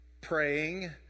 praying